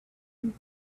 and